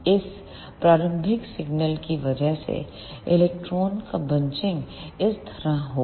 इस प्रारंभिक सिग्नल की वजह से इलेक्ट्रॉनों का बंचिंग इस तरह होगा